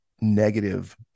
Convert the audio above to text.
negative